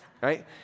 right